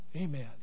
Amen